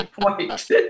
point